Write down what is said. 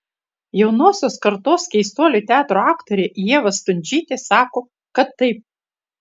jaunosios kartos keistuolių teatro aktorė ieva stundžytė sako kad taip